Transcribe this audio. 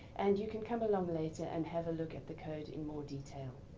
and you could come along later and have a look at the code in more detail.